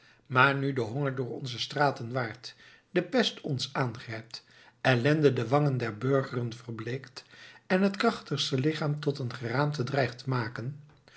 maar nu de honger door onze straten waart de pest ons aangrijpt ellende de wangen der burgeren verbleekt en het krachtigste lichaam tot een geraamte dreigt te maken